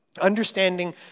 understanding